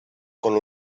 con